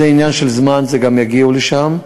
זה עניין של זמן שגם יגיעו לשם.